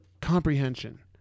comprehension